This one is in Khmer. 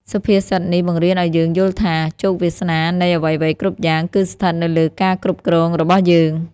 សុភាសិតនេះបង្រៀនឱ្យយើងយល់ថា ជោគវាសនានៃអ្វីៗគ្រប់យ៉ាងគឺស្ថិតនៅលើការគ្រប់គ្រងរបស់យើង។